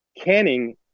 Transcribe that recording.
Canning